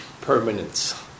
permanence